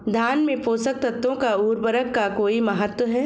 धान में पोषक तत्वों व उर्वरक का कोई महत्व है?